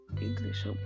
English